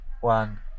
one